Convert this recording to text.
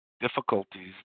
difficulties